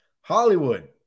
hollywood